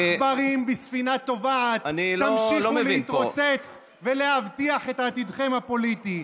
כמו עכברים בספינה טובעת תמשיכו להתרוצץ ולהבטיח את עתידכם הפוליטי.